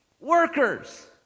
workers